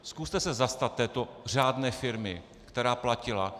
Zkuste se zastat této řádné firmy, která platila.